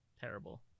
Terrible